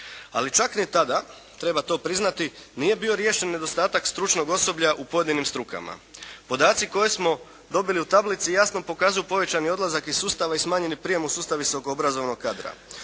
Ali čak ni tada treba to priznati nije bio riješen nedostatak stručnog osoblja u pojedinim strukama. Podaci koje smo dobili u tablici jasno pokazuju povećani odlazak iz sustava i smanjeni prijem u sustav visoko obrazovnog kadra.